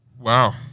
Wow